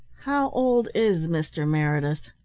how old is mr. meredith?